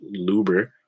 Luber